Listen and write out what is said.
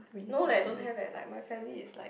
no leh don't have leh like my family is like